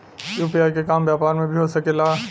UPI के काम व्यापार में भी हो सके ला?